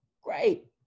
Great